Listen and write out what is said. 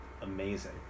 amazing